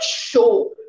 show